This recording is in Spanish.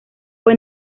fue